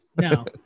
No